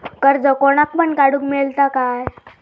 कर्ज कोणाक पण काडूक मेलता काय?